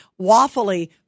waffly